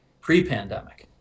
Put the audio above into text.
pre-pandemic